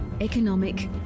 economic